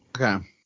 Okay